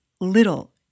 little